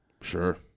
sure